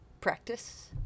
practice